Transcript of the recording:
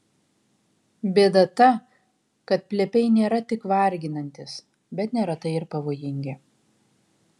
bėda ta kad plepiai nėra tik varginantys bet neretai ir pavojingi